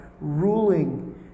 ruling